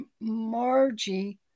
Margie